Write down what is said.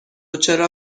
چرا